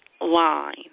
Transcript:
line